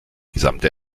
gesamte